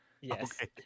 Yes